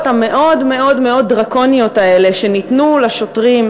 המאוד-מאוד-מאוד דרקוניות האלה שניתנו לשוטרים,